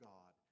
God